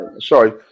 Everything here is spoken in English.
Sorry